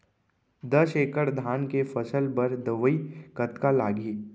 दस एकड़ धान के फसल बर दवई कतका लागही?